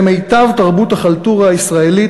כמיטב תרבות החלטורה הישראלית,